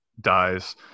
dies